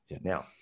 now